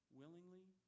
willingly